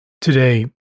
today